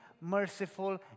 merciful